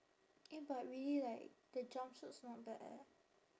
eh but really like the jumpsuits not bad eh